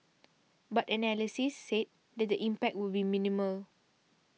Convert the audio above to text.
but analysts said that the impact would be minimal